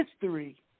history